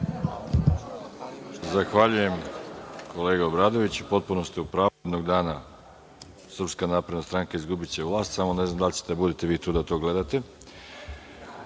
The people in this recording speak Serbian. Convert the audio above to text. Zahvaljujem, kolega Obradoviću. Potpuno ste u pravu, jednog dana će Srpska napredna stranka izgubiti vlast, samo ne znam da li ćete vi da budete tu da to gledate. Pravo